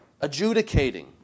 adjudicating